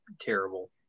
terrible